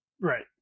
Right